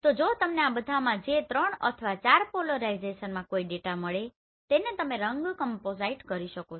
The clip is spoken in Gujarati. તો જો તમને આ બધામાં જે 3 અથવા 4 પોલરાઇઝેશનમાં કોઈ ડેટા મળે તેને તમે રંગ કમ્પોસાઈટ કરી શકો છો